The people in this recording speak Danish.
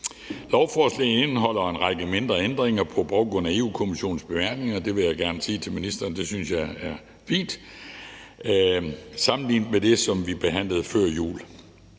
Lovforslaget indeholder en række mindre ændringer på baggrund af Europa-Kommissionens bemærkninger. Det vil jeg gerne sige til ministeren at jeg synes er fint sammenlignet med det, som vi behandlede før jul.